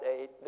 eight